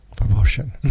Abortion